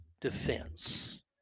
defense